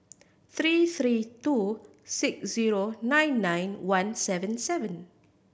three three two six zero nine nine one seven seven